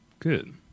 Good